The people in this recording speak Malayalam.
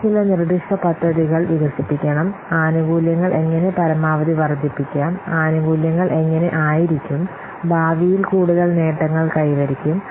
അവർ ചില നിർദ്ദിഷ്ട പദ്ധതികൾ വികസിപ്പിക്കണം ആനുകൂല്യങ്ങൾ എങ്ങനെ പരമാവധി വർദ്ധിപ്പിക്കാം ആനുകൂല്യങ്ങൾ എങ്ങനെ ആയിരിക്കും ഭാവിയിൽ കൂടുതൽ നേട്ടങ്ങൾ കൈവരിക്കും